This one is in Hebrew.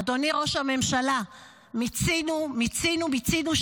אדוני ראש הממשלה, מיצינו, מיצינו, מיצינו.